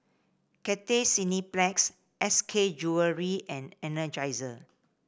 Cathay Cineplex S K Jewellery and Energizer